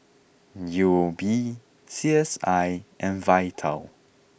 U O B C S I and Vital